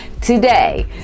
today